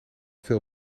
veel